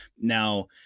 Now